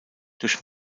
durch